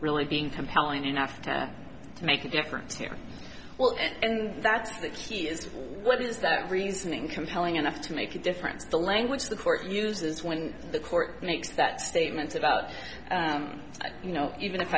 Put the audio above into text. really being compelling enough to make a difference here well and that's the key is what is the reasoning compelling enough to make a difference the language the court uses when the court makes that statements about you know even if